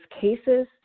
cases